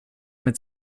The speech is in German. mit